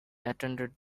attended